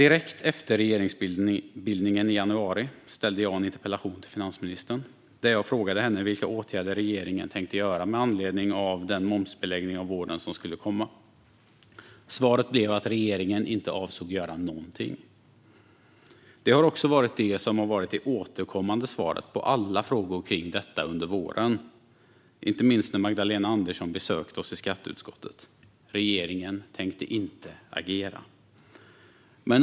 Direkt efter regeringsbildningen i januari ställde jag en interpellation till finansministern där jag frågade vilka åtgärder regeringen tänkte vidta med anledning av den momsbeläggning av vården som skulle komma. Svaret var att regeringen inte avsåg att göra någonting. Det har också varit det återkommande svaret på alla frågor kring detta under våren, inte minst när Magdalena Andersson besökte skatteutskottet. Regeringen tänkte inte agera.